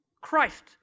Christ